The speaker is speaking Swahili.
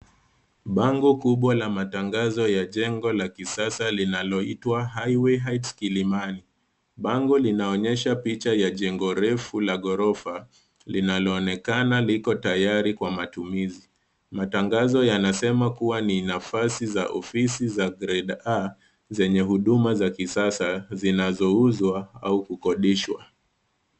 Bango kubwa la matangazo ya jengo la kisasa linaloitwa Highway Heights Kilimani. Bango linaonyesha picha ya jengo refu la ghorofa linaloonekana liko tayari kwa matumizi. Matangazo yanasema kuwa ni nafasi za ofisi zenye za grade A zenye huduma za kisasa zinazouzwa au kukodishwa.